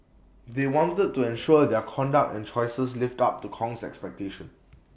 they wanted to ensure their conduct and choices lived up to Kong's expectations